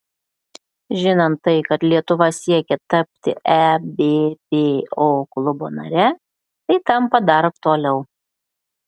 žinant tai kad lietuva siekia tapti ebpo klubo nare tai tampa dar aktualiau